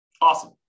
Awesome